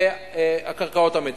בקרקעות המדינה.